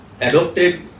adopted